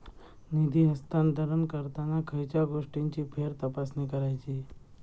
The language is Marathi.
निधी हस्तांतरण करताना खयच्या गोष्टींची फेरतपासणी करायची?